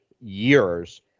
years